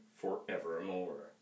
forevermore